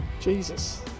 Jesus